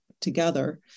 together